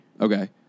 Okay